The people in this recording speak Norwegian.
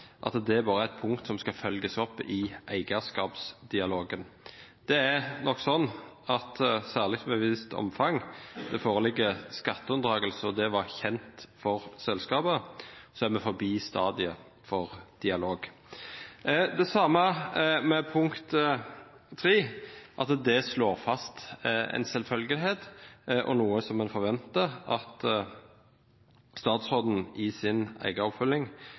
og skatteunndragelse bare er et punkt som skal følges opp i eierskapsdialogen. Det er nok slik at særlig i situasjoner hvor det foreligger skatteunndragelse av et visst omfang, og det er kjent for selskapet, så er vi kommet forbi stadiet for dialog. Det samme gjelder for forslag nr. 3: Det slår fast en selvfølgelighet og noe som en forventer at statsråden i sin